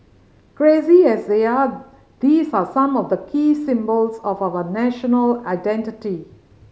crazy as they are these are some of the key symbols of our national identity